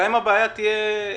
גם אם הבעיה תהיה,